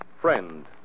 friend